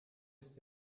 ist